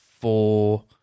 Four